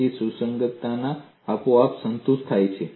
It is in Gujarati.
તેથી સુસંગતતા આપોઆપ સંતુષ્ટ થાય છે